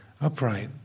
upright